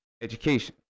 Education